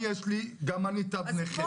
גם לי יש תו נכה.